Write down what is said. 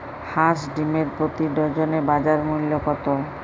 হাঁস ডিমের প্রতি ডজনে বাজার মূল্য কত?